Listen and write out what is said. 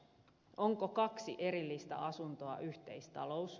onko kaksi erillistä asuntoa yhteistalous